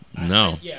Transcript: No